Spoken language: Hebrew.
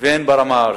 והן ברמה הארצית.